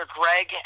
Greg